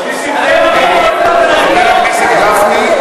נשיאה, נשיאה הייתם יכולים לבחור, חבר הכנסת גפני,